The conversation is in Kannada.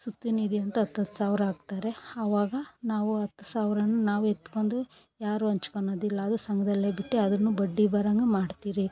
ಸುಪ್ತ ನಿಧಿ ಅಂತ ಹತ್ತತ್ತು ಸಾವಿರ ಹಾಕ್ತಾರೆ ಆವಾಗ ನಾವು ಹತ್ತು ಸಾವಿರ ನಾವು ಎತ್ಕೊಂಡು ಯಾರು ಹಂಚ್ಕೊಳೋದಿಲ್ಲ ಅದು ಸಂಘದಲ್ಲೇ ಬಿಟ್ಟು ಅದನ್ನು ಬಡ್ಡಿ ಬರೋಂಗೆ ಮಾಡ್ತಿರಿ